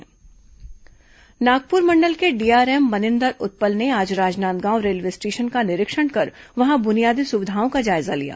DRM निरीक्षण नागपुर मंडल के डीआरएम मनिंदर उत्पल ने आज राजनांदगांव रेलवे स्टेशन का निरीक्षण कर वहां बुनियादी सुविधाओं का जायजा लिया